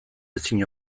ezin